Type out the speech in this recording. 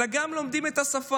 אלא גם לומדים את השפה.